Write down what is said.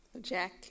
Jack